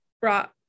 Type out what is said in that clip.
brought